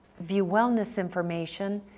view wellness information,